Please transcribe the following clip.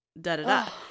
da-da-da